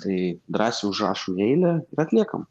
tai drąsiai užrašom į eilę ir atliekam